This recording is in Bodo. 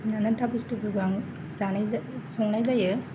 नानानथा बस्थुफोरखौ आं जानाय संनाय जायो